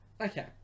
Okay